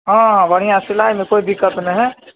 हँ हँ बढ़िआँ सिलाइमे कोइ दिक्कत नहि हइ